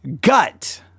gut